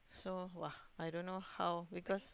because so !wah! I don't know how because